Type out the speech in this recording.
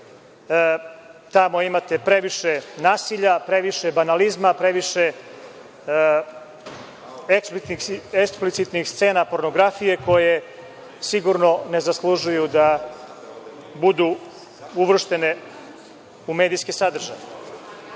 Tamo imate previše nasilja, previše banalizma, previše eksplicitnih scena, pornografije, koji sigurno ne zaslužuju da budu uvršteni u medijske sadržaje.